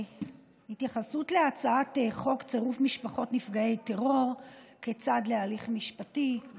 התייחסות להצעת חוק צירוף משפחות נפגעי טרור כצד להליך משפטי,